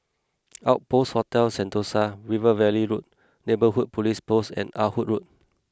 Outpost Hotel Sentosa River Valley Road Neighbourhood Police Post and Ah Hood Road